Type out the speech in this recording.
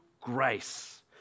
grace